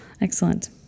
Excellent